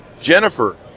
Jennifer